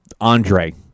Andre